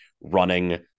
running